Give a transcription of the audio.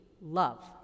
love